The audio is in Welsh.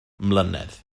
mlynedd